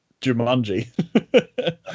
Jumanji